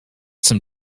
some